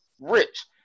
rich